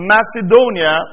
Macedonia